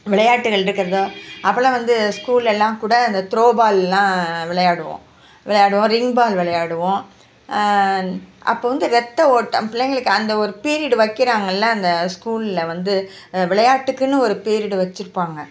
விளையாட்டுகள் இருக்கிறதோ அப்போலாம் வந்து ஸ்கூலெலலாம் கூட அந்த த்ரோபாலெல்லாம் விளையாடுவோம் விளையாடுவோம் ரிங் பால் விளையாடுவோம் அப்போ வந்து ரத்த ஓட்டம் பிள்ளைங்களுக்கு அந்த ஒரு பீரியடு வைக்கிறாங்கல்ல அந்த ஸ்கூலில் வந்து விளையாட்டுக்குனு ஒரு பீரியடு வச்சுருப்பாங்க